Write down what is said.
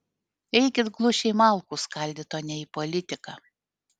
eikit glušiai malkų skaldyt o ne į politiką